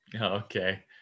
Okay